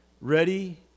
ready